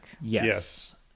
Yes